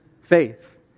faith